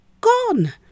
gone